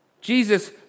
Jesus